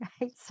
right